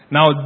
Now